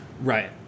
Right